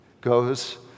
goes